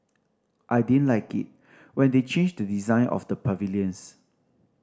I didn't like it when they changed the design of the pavilions